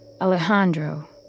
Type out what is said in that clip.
Alejandro